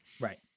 right